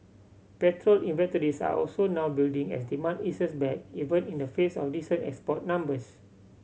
petrol inventories are also now building as demand eases back even in the face of decent export numbers